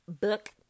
book